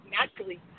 naturally